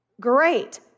great